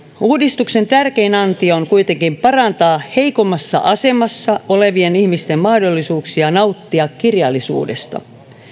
uudistuksen tärkein anti on kuitenkin parantaa heikommassa asemassa olevien ihmisten mahdollisuuksia nauttia kirjallisuudesta